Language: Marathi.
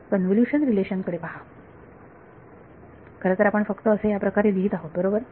कन्व्होल्युशन रिलेशन कडे पहा खरंतर आपण फक्त असे याप्रकारे लिहीत आहोत बरोबर